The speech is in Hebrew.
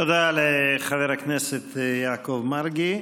תודה לחבר הכנסת יעקב מרגי.